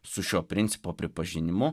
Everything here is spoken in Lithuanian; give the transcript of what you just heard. su šio principo pripažinimu